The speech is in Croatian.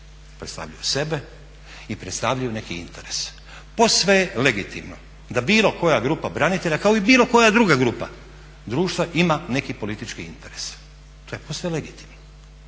predstavljaju sebe i predstavljaju neki interes. Posve je legitimno da bilo koja grupa branitelja kao i bilo koja druga grupa društva ima neki politički interes. To je posve legitimno.